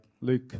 Luke